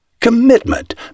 Commitment